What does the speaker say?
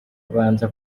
kubanza